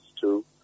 two